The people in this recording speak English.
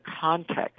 context